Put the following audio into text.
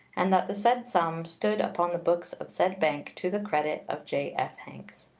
and that the said sum stood upon the books of said bank to the credit of j f. hanks.